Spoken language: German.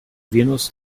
venus